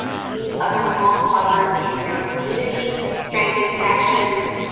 meet other wolf lovers in your community, strengthen connections,